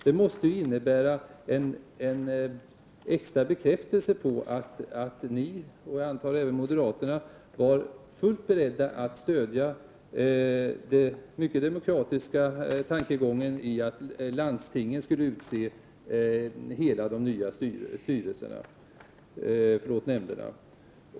Det måste innebära en extra bekräftelse på att ni — och, antar jag, även moderaterna — var fullt beredda att stödja den mycket demokratiska tankegången i att landstingen skulle utse hela de nya nämnderna.